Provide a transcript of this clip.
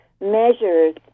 measures